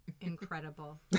incredible